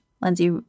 Lindsay